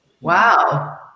Wow